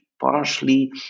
partially